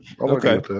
okay